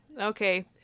okay